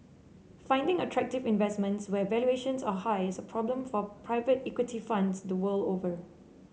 finding attractive investments when valuations are high is a problem for private equity funds the world over